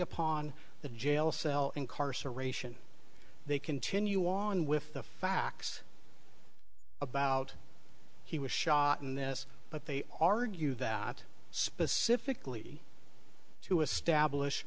upon the jail cell incarceration they continue on with the facts about he was shot in this but they argue that specifically to establish